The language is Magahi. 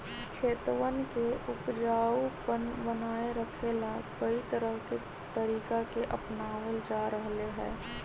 खेतवन के उपजाऊपन बनाए रखे ला, कई तरह के तरीका के अपनावल जा रहले है